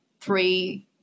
three